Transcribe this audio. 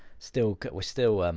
still co we're still,